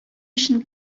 өчен